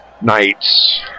knights